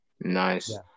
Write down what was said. nice